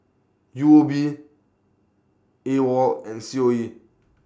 U O B AWOL and C O E